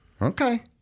Okay